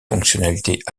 fonctionnalités